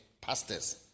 pastors